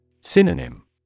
Synonym